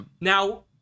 Now